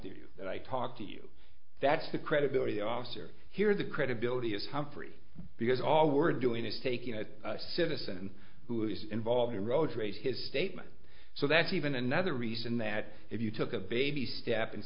you that i talked to you that's the credibility officer here the credibility of humphry because all we're doing is taking a citizen who's involved in road rage his statement so that's even another reason that if you took a baby step and